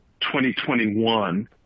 2021